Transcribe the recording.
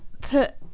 put